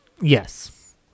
Yes